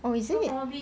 oh is it